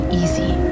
easy